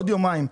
עוד יומיים,